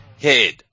head